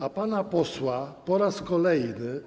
A pana posła po raz kolejny.